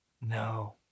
No